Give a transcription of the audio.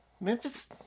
Memphis